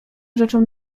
rzeczą